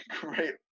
great